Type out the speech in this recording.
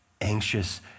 anxious